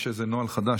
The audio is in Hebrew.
יש איזה נוהל חדש,